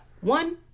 One